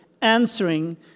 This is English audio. answering